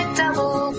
double